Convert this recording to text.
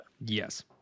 Yes